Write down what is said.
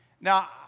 Now